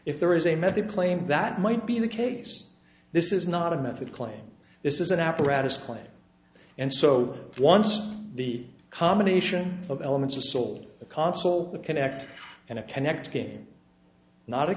if there is a method claimed that might be the case this is not a method claim this is an apparatus claim and so once the combination of elements of soul a console the connect and a connect game not a